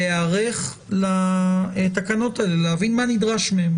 להיערך לתקנות האלה, להבין מה נדרש מהן.